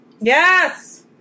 yes